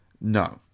No